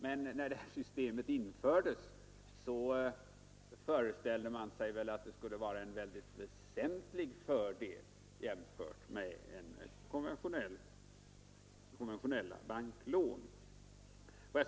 Men när det här systemet infördes föreställde man sig väl att det skulle innebära en väsentlig fördel jämfört med konventionella banklån.